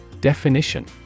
Definition